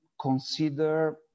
consider